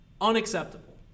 unacceptable